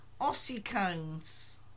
ossicones